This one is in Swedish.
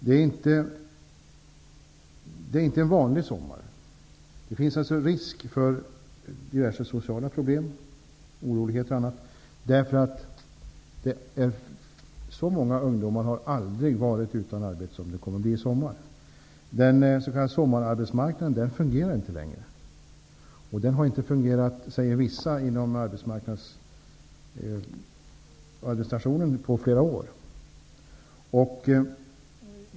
Det är inte en vanlig sommar. Det finns risk för diverse sociala problem, oroligheter och annat. Så många ungdomar har aldrig varit utan arbete som det kommer att bli i sommar. Den s.k. sommararbetsmarknaden fungerar inte längre. Den har inte fungerat på flera år, säger vissa inom arbetsmarknadsadministrationen.